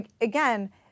Again